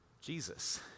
Jesus